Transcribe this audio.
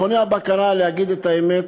מכוני הבקרה, להגיד את האמת,